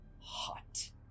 hot